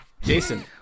Jason